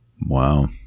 Wow